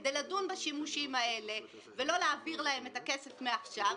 כדי לדון בשימושים האלה ולא להעביר להם את הכסף מעכשיו,